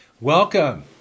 welcome